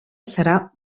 serà